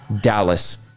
Dallas